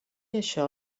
això